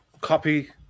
copy